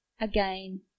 again